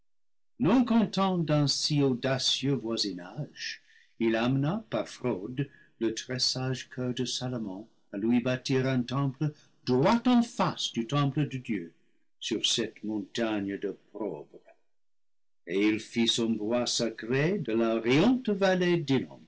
non content d'un si audacieux voisinage il amena par fraude le très-sage coeur de salomon à lui bâtir un temple droit en face du temple de dieu sur cette montagne d'opprobre et il fit son bois sacré de la riante vallée